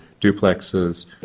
duplexes